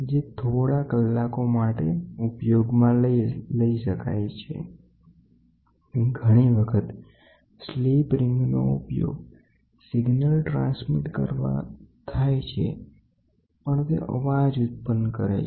તેથી હું એવું કહી રહ્યો છું કે તમે એક મેમ્બર લો અને તેના પર ટોર્ક માપન સાધન લગાડવાનો પ્રયત્ન કરો અને તે બીજા સાધન સાથે કનેક્ટ થશે કેજે વાયરલેસ હશે અને પોતાના પાવર વડે ચાલશે ઘણી વખત સ્લીપ રિગ નો ઉપયોગ સિગ્નલ ટ્રાન્સમિટ કરવા થાય છે પણ તે અવાજ ઉત્પન્ન કરે છે